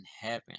heaven